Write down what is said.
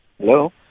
Hello